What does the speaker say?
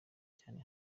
cyane